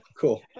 cool